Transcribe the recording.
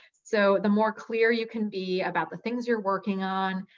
so the more clear you can be about the things you're working on,